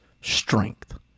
strength